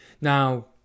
Now